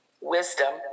wisdom